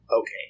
Okay